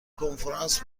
کنفرانس